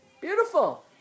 Beautiful